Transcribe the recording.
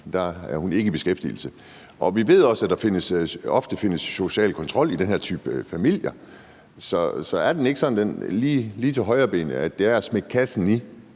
at hun ikke er i beskæftigelse, og vi ved også, at der ofte findes social kontrol i den her type familier. Så er den ikke sådan lige til højrebenet: at det er at smække kassen i